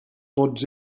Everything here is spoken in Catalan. tots